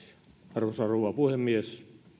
arvoisa rouva puhemies